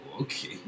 okay